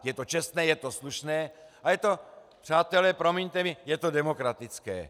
Je to čestné, je to slušné a je to, přátelé, promiňte mi, je to demokratické.